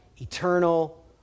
eternal